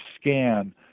scan